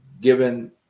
given